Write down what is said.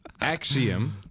Axiom